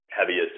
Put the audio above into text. heaviest